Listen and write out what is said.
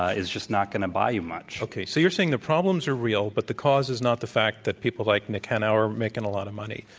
ah just not going to buy you much. okay. so, you're saying the problems are real, but the cause is not the fact that people like nick hanauer are making a lot of money.